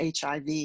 HIV